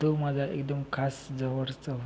तो माजा एकदम खास जवडचा